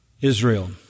Israel